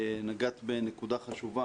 נגעת בנקודה חשובה,